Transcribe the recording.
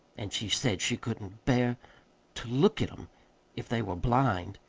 and she said she couldn't bear to look at em if they were blind,